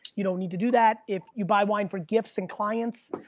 you don't need to do that. if you buy wine for gifts and clients,